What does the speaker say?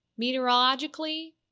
meteorologically